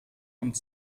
und